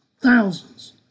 thousands